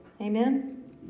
Amen